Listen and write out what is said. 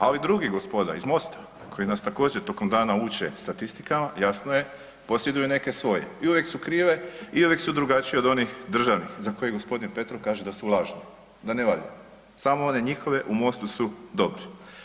A ovi drugi gospoda iz Mosta koji nas također tokom dana uče statistikama jasno je posjeduju neke svoje i uvijek su krive i uvijek su drugačije od onih državnih za koje gospodin Petrov kaže da su lažni da ne valjaju, samo one njihove u Mostu su dobri.